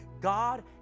God